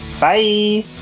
Bye